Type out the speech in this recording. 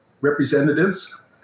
representatives